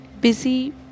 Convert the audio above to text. busy